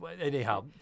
anyhow